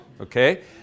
Okay